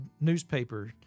newspaper